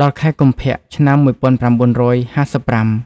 ដល់ខែកុម្ភៈ ឆ្នាំ១៩៥៥។